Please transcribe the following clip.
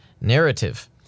narrative